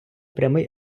прямий